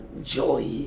joy